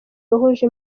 yahuje